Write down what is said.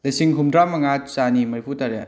ꯂꯤꯁꯤꯡ ꯍꯨꯝꯗ꯭ꯔꯥ ꯃꯉꯥ ꯆꯅꯤ ꯃꯔꯤꯐꯨ ꯇꯔꯦꯠ